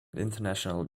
international